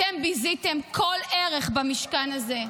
אתם ביזיתם כל ערך במשכן הזה.